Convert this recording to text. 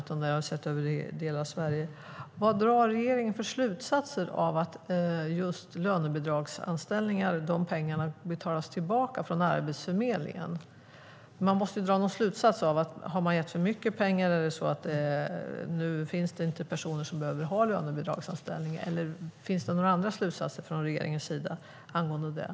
Vad drar regeringen för slutsatser av att just pengarna för lönebidragsanställningar betalas tillbaka från Arbetsförmedlingen? Man måste ju dra någon slutsats, kanske att man har gett för mycket pengar och nu finns det inte så många personer som behöver ha lönebidragsanställningar. Eller finns det några andra slutsatser från regeringens sida angående detta?